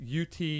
UT